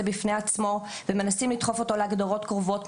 בפני עצמו ומנסים לדחוף אותו להגדרות קרובות,